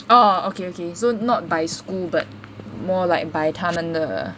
orh okay okay so not by school but more like by 他们的